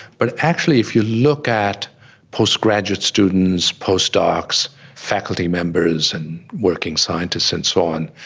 but actually if you look at postgraduate students, postdocs, faculty members and working scientists and so on,